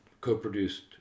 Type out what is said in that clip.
co-produced